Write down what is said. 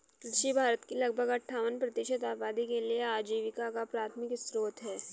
कृषि भारत की लगभग अट्ठावन प्रतिशत आबादी के लिए आजीविका का प्राथमिक स्रोत है